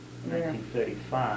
1935